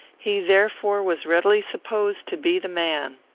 he therefore was readily supposed to be the man.